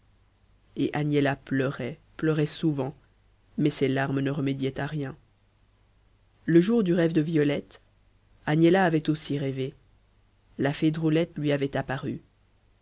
et agnella pleurait pleurait souvent mais ses larmes ne remédiaient à rien le jour du rêve de violette agnella avait aussi rêvé la fée drôlette lui avait apparu